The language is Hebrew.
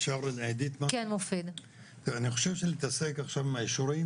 אני חושב שלהתעסק עכשיו עם האישורים